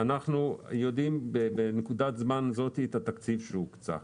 אנחנו יודעים בנקודת הזמן הזו את התקציב שהוקצה.